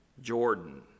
Jordan